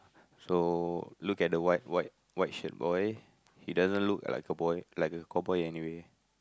so look at the white white white shirt boy he doesn't look like a boy like a cowboy anyway